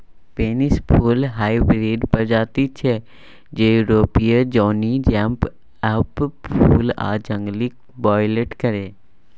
pansy फुल hybrid प्रजाति छै जे युरोपीय जौनी जंप अप फुल आ जंगली वायोलेट केर